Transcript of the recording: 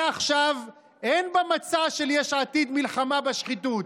מעכשיו אין במצע של יש עתיד מלחמה בשחיתות,